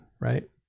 right